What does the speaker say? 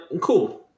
Cool